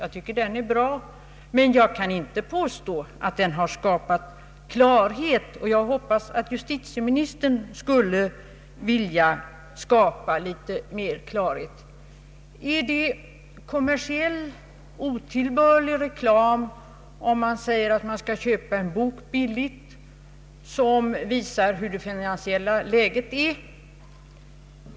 Jag tycker att den är bra, men jag kan inte påstå att den har skapat klarhet, jag hoppas därför att justitieministern vill bidra till att skapa en något större klarhet. Är det otillbörlig kommersiell reklam om ett förlag annonserar om att vi kan få köpa en bok billigt som visar hur det finansiella läget är?